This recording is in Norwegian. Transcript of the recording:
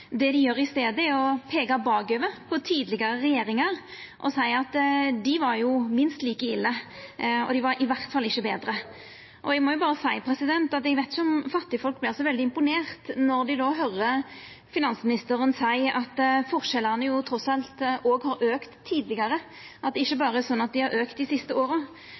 Det dei gjer i staden, er å peika bakover på tidlegare regjeringar og seia at dei var minst like ille, iallfall ikkje betre. Eg må berre seia at eg veit ikkje om fattigfolk vert så veldig imponerte når dei då høyrer finansministeren seia at forskjellane trass alt òg har auka tidlegare, at det ikkje er sånn at dei berre har auka dei siste åra.